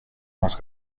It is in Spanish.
más